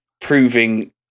proving